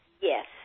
Yes